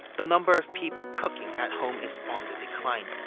the number of people cooking at home is on the decline.